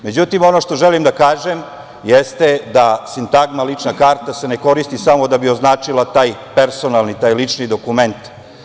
Međutim, ono što želim da kažem jeste da sintagma lična karta se ne koristi samo da bi označila taj personalni, taj lični dokument.